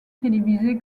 télévisées